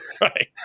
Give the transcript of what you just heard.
Right